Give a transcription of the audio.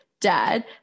dad